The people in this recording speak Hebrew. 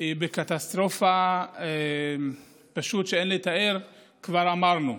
הן בקטסטרופה שאין לתאר, כבר אמרנו.